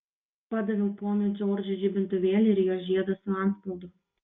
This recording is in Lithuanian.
padaviau ponui džordžui žibintuvėlį ir jo žiedą su antspaudu